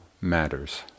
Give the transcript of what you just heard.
matters